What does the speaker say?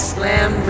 Slam